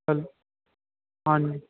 hello ਹਾਂਜੀ